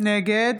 נגד